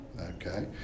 Okay